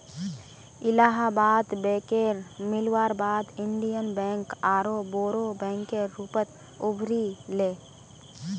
इलाहाबाद बैकेर मिलवार बाद इन्डियन बैंक आरोह बोरो बैंकेर रूपत उभरी ले